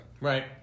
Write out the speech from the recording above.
Right